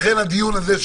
לכן את הדיון הזה,